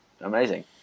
Amazing